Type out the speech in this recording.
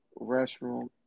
restroom